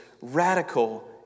radical